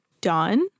done